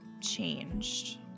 changed